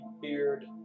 beard